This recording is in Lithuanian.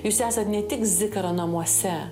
jūs esat ne tik zikaro namuose